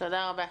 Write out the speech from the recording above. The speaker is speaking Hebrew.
תודה רבה.